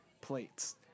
plates